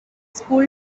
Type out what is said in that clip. school